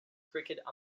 cricket